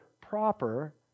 proper